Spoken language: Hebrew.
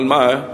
אבל מה?